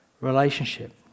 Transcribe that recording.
relationship